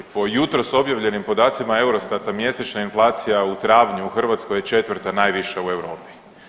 Po jutros objavljenim podacima EUROSTAT-a mjesečna inflacija u travnju u Hrvatskoj je četvrta najviša u Europi.